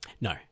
No